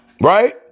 Right